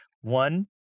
one